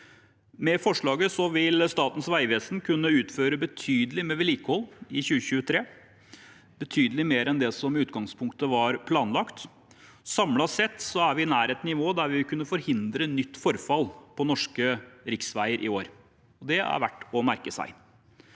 Med forslaget vil Statens vegvesen kunne utføre betydelig mer vedlikehold i 2023 enn det som i utgangspunktet var planlagt. Samlet sett er vi nært et nivå der vi vil kunne forhindre nytt forfall på norske riksveier i år. Det er det verdt å merke seg.